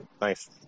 Nice